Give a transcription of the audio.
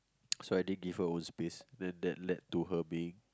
so I give her own space then that led to her being